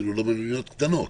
אפילו לא במדינות קטנות.